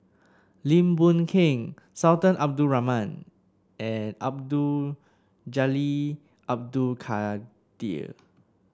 Lim Boon Keng Sultan Abdul Rahman and Abdul Jalil Abdul Kadir